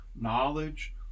knowledge